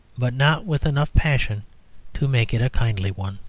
but not with enough passion to make it a kindly one.